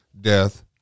death